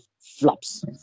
flops